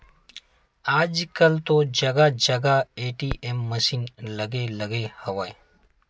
आजकल तो जगा जगा ए.टी.एम मसीन लगे लगे हवय